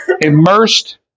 immersed